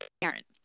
parent